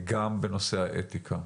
גם בנושא האתיקה.